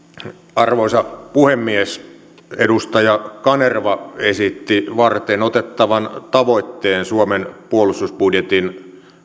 arvoisa puhemies edustaja kanerva esitti varteenotettavan tavoitteen suomen puolustusbudjetin